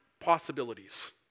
possibilities